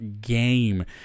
game